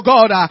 God